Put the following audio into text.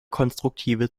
konstruktive